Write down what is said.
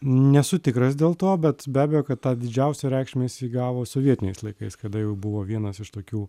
nesu tikras dėl to bet be abejo kad tą didžiausią reikšmę jis įgavo sovietiniais laikais kada jau buvo vienas iš tokių